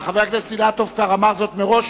חבר הכנסת אילטוב כבר אמר זאת מראש,